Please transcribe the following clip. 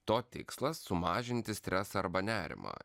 to tikslas sumažinti stresą arba nerimą